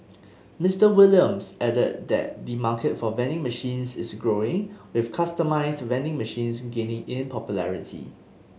Mister Williams added that the market for vending machines is growing with customised vending machines gaining in popularity